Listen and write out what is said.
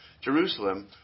Jerusalem